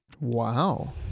Wow